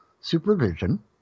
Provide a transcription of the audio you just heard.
supervision